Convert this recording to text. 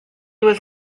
was